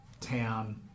town